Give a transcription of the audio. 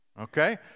okay